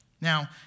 Now